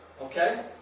Okay